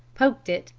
poked it,